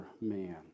man